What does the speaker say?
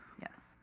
yes